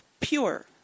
pure